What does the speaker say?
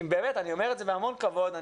אני אומר את זה בהמון כבוד,